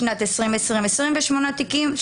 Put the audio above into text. בשנת 2020 28 תיקים,